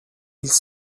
ils